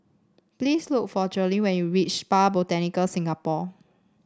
please look for Trudi when you reach Spa Botanica Singapore